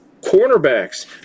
cornerbacks